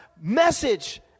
message